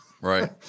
Right